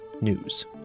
news